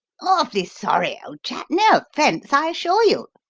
awfully sorry, old chap, no offence, i assure you,